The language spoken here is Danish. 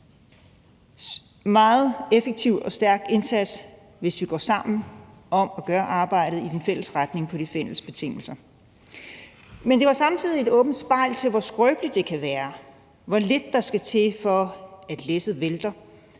meget effektiv og stærk indsats, hvis vi går sammen om at gøre arbejdet i en fælles retning på de fælles betingelser. Men samtidig afspejlede det tydeligt, hvor skrøbeligt det kan være, og hvor lidt der skal til, for at læsset vælter,